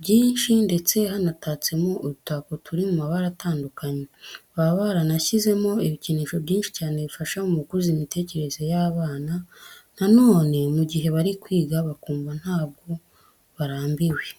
byinshi ndetse hanatatsemo udutako turi mu mabara atandukanye. Baba baranashyizemo ibikinisho byinshi cyane bifasha mu gukuza imitekerereze y'abana, noneho mu gihe bari kwiga bakumva ntabwo barambiwe.